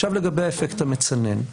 עכשיו לגבי האפקט המצנן,